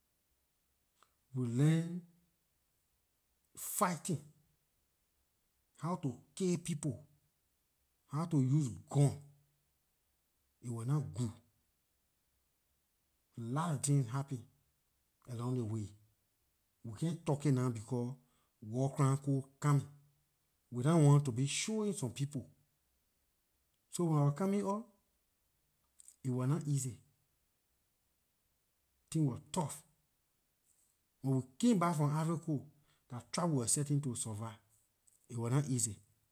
We learned fighting, how to kill people, how to use gun, it wor nah good lot of things happened along the way. We can't talk it now becor war crime court coming, we nah want to be showing some people so when I wor coming up, it wor nah easy, things was tough and when we came back from ivory coast, dah trap we wor setting to survive. It wor nah easy.